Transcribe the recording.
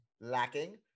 lacking